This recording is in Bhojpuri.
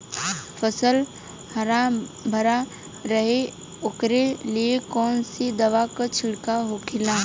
फसल हरा भरा रहे वोकरे लिए कौन सी दवा का छिड़काव होखेला?